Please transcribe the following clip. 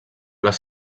les